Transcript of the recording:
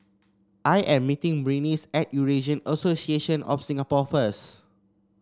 I am meeting Berenice at Eurasian Association of Singapore first